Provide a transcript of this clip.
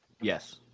Yes